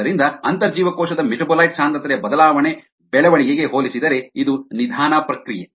ಆದ್ದರಿಂದ ಅಂತರ್ಜೀವಕೋಶದ ಮೆಟಾಬೊಲೈಟ್ ಸಾಂದ್ರತೆಯ ಬದಲಾವಣೆ ಬೆಳವಣಿಗೆಗೆ ಹೋಲಿಸಿದರೆ ಇದು ನಿಧಾನ ಪ್ರಕ್ರಿಯೆ